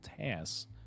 tasks